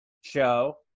show